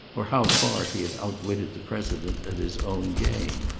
or how far he had outwitted the president at his own game.